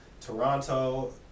Toronto